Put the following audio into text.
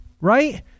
right